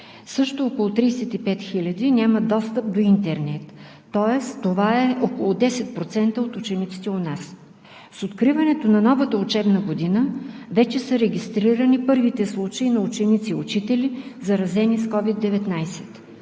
Също около 35 хиляди нямат достъп до интернет. Тоест това е около 10% от учениците у нас. С откриването на новата учебна година вече са регистрирани първите случаи на ученици и учители, заразени с COVID-19.